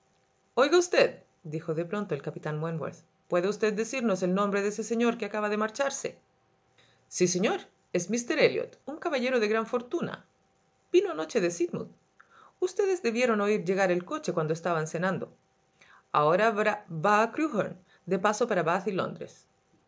oiga usteddijo de pronto el capitán wentworth puede usted decirnos el nombre de ese señor que acaba de marcharse sí señor es míster elliot un caballero de gran fortuna vino anoche de sidmouth ustedes debieron oír llegar el coche cuando estaban cenando ahora va a crewkherne de paso para bath y